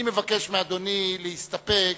אני מבקש מאדוני להסתפק